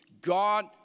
God